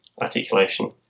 articulation